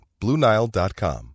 BlueNile.com